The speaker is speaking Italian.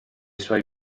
suoi